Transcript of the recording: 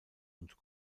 und